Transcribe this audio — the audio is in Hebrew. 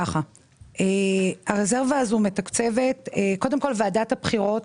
קודם כל, ועדת הבחירות,